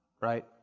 Right